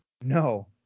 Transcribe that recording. No